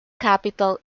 capital